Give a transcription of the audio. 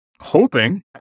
hoping